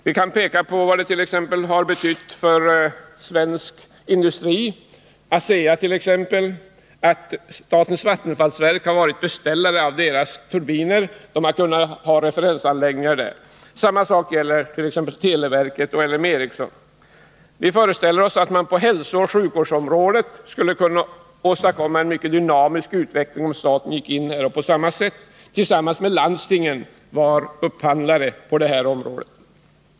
Vi kan peka på vad det t.ex. har betytt för svensk industri, för t.ex. ASEA, att statens vattenfallsverk har varit beställare av deras turbiner. Företaget har kunnat ha referensanläggningar där. Samma sak gäller t.ex. televerket och L M Ericsson. Vi föreställer oss att man på hälsooch sjukvårdsområdet skulle kunna åstadkomma en mycket dynamisk utveckling, om staten här gick in och på samma sätt tillsammans med landstingen var upphandlare på detta område.